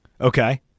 Okay